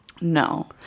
No